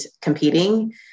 competing